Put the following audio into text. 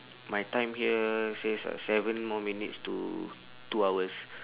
my time here says uh seven more minutes to two hours